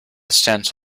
stance